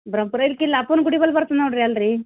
ಬ್ರಹ್ಮಪುರ ಇದ್ಕೆ ಇಲ್ಲಿ ಅಪ್ಪನ ಗುಡಿ ಬಲ ಬರ್ತ್ನಿ ನೋಡಿರಿ ಅಲ್ಲಿ ರೀ